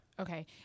Okay